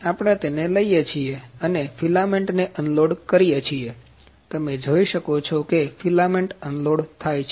આપણે તેને લઈએ છીએ અને ફિલામેન્ટ ને અનલોડ કરીએ છીએ તમે જોઈ શકો છો કે ફિલામેન્ટ અનલોડ થાય છે